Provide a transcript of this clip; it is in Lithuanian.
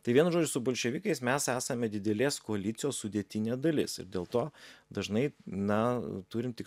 tai vienu žodžiu su bolševikais mes esame didelės koalicijos sudėtinė dalis ir dėl to dažnai na turim tik